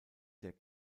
der